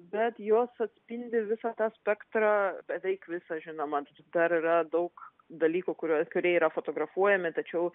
bet juos atspindi visą tą spektrą beveik visą žinoma dar yra daug dalykų kuriuo kurie yra fotografuojami tačiau